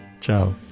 Ciao